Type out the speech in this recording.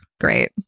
great